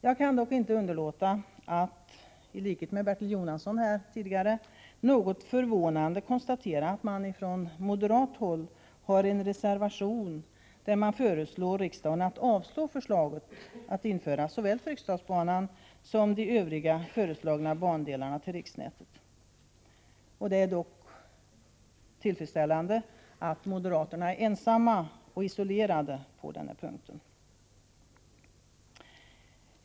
Jag kan dock inte underlåta att i likhet med Bertil Jonasson något förvånad konstatera att man från moderat håll har en reservation, där man föreslår riksdagen att avslå förslaget om att överföra såväl Fryksdalsbanan som övriga föreslagna bandelar till riksnätet. Det är dock tillfredsställande att moderaterna är ensamma och isolerade på denna punkt.